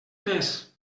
més